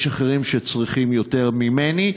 יש אחרים שצריכים יותר ממני.